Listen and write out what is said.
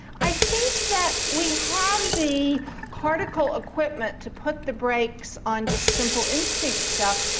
i think that we have the cortical equipment to put the brakes on just simple instinct stuff,